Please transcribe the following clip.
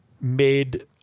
made